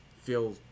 feel